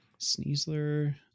sneezler